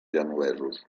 genovesos